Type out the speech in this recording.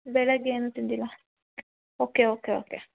ಬೆಳಗ್ಗೆ ಏನೂ ತಿಂದಿಲ್ಲ ಓಕೆ ಓಕೆ ಓಕೆ